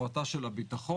הפרטה של הביטחון,